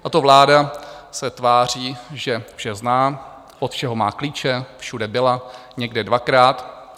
Tato vláda se tváří, že vše zná, od všeho má klíče, všude byla, někde dvakrát.